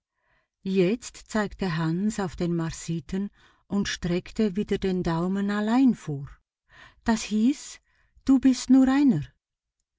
jetzt zeigte hans auf den marsiten und streckte wieder den daumen allein vor das hieß du bist nur einer